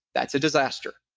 that's a disaster.